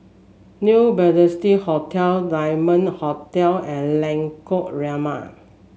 New Majestic Hotel Diamond Hotel and Lengkok Lima